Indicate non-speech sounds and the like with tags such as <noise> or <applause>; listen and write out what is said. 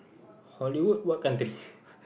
Hollywood what country <laughs>